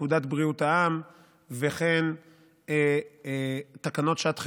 פקודת בריאות העם וכן תקנות שעת חירום.